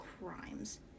crimes